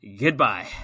goodbye